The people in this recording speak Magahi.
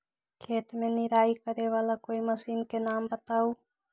खेत मे निराई करे वाला कोई मशीन के नाम बताऊ?